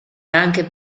anche